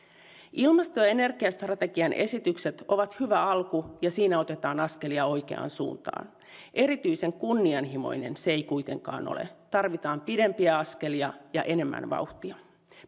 ilmasto ja energiastrategian esitykset ovat hyvä alku ja siinä otetaan askelia oikeaan suuntaan erityisen kunnianhimoinen se ei kuitenkaan ole tarvitaan pidempiä askelia ja enemmän vauhtia